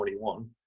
2021